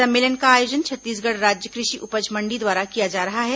सम्मेलन का आयोजन छत्तीसगढ़ राज्य कृषि उपज मंडी द्वारा किया जा रहा है